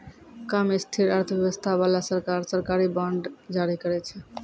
कम स्थिर अर्थव्यवस्था बाला सरकार, सरकारी बांड जारी करै छै